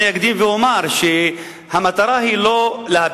אף-על-פי שאני אקדים ואומר שהמטרה אינה להפיל